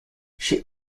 she